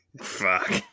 Fuck